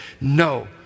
No